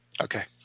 Okay